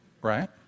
right